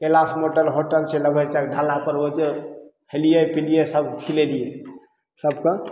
Kailash motel hotel छै लभैर चौक ढलापर ओइजाँ खेलियै पिलियै सब खिलेलियै सबके